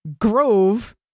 Grove